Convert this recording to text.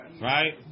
Right